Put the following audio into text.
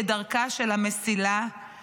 כדרכה של המסילה,